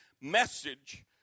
message